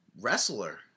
wrestler